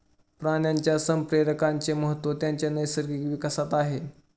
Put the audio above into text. प्राण्यांच्या संप्रेरकांचे महत्त्व त्यांच्या नैसर्गिक विकासात आहे